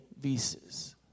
visas